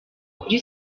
kuri